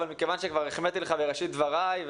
אבל מכיוון שכבר החמאתי לך בראשית דבריי,